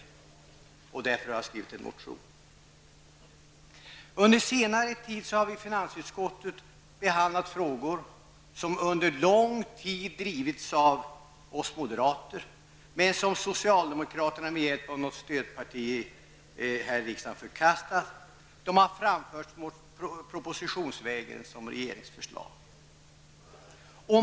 Därför har jag skrivit en motion. Under senare tid har vi i finansutskottet behandlat frågor som under lång tid har drivits av oss moderater och som socialdemokraterna med hjälp av något stödparti här i riksdagen förkastat för att sedan propositionsvägen presentera som regeringsförslag.